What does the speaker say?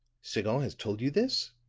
sagon has told you this?